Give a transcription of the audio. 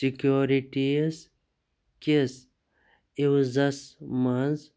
securities کِس عِوزَس منٛز